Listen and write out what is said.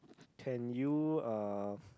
can you uh